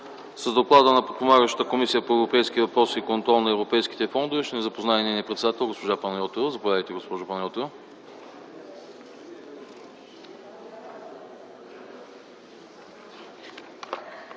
С доклада на подпомагащата Комисия по европейските въпроси и контрол на европейските фондове ще ни запознае нейния председател госпожа Панайотова. Заповядайте, госпожо Панайотова.